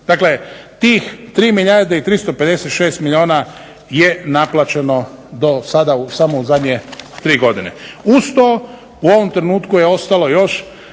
Dakle, tih 3 milijarde i 356 milijuna je naplaćeno dosada samo u zadnje 3 godine. Uz to u ovom trenutku je ostalo još